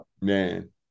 Man